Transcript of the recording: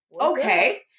Okay